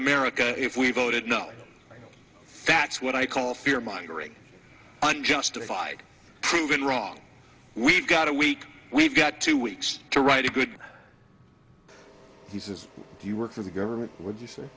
america if we voted no that's what i call fear mongering unjustified proven wrong we've got a week we've got two weeks to write a good he says do you work for the government would you say